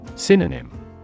Synonym